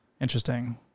Interesting